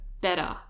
better